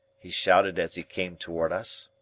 he shouted as he came toward us.